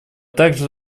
также